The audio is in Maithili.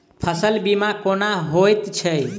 फसल बीमा कोना होइत छै?